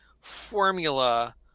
formula